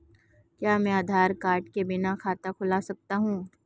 क्या मैं आधार कार्ड के बिना खाता खुला सकता हूं?